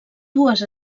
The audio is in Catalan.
dues